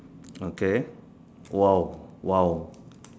okay !wow! !wow!